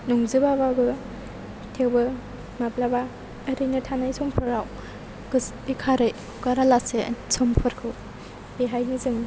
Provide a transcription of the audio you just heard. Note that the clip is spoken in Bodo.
नंजोबाबाबो थेवबो माब्लाबा ओरैनो थानाय समफोराव गोसोखौ बेखारै हगारालासे समफोरखौ बेवहायबो जों